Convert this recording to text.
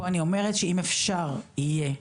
פה אני אומרת שאם אפשר יהיה,